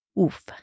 Oof